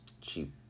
cheap